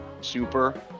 super